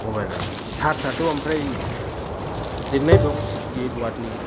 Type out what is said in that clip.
मबाइलानो सारजसाथ'ओमफ्राय लिरनाय दं सिक्सथि एैथ वाटनि